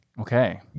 Okay